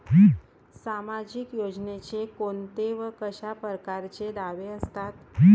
सामाजिक योजनेचे कोंते व कशा परकारचे दावे असतात?